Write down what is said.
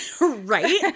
Right